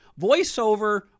voiceover